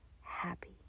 Happy